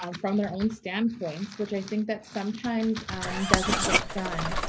um from their own standpoints, which i think that sometimes doesn't get done.